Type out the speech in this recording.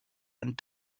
and